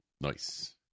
Nice